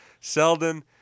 Seldon